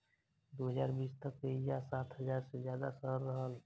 दू हज़ार बीस तक एइजा सात हज़ार से ज्यादा शहर रहल